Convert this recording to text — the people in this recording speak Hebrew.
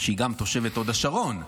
שהיא גם תושבת הוד השרון,